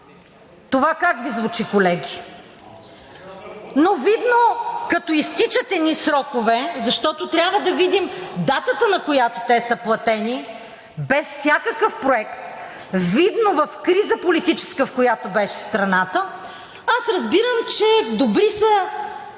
Това как Ви звучи, колеги?